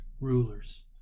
rulers